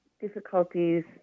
difficulties